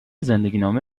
زندگینامه